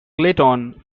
clayton